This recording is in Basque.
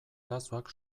arazoak